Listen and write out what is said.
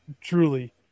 truly